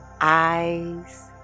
eyes